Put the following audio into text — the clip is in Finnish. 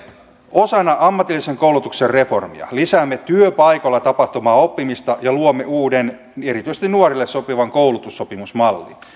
osana ammatillisen koulutuksen reformia lisäämme työpaikoilla tapahtuvaa oppimista ja luomme uuden erityisesti nuorille sopivan koulutussopimusmallin